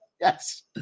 Yes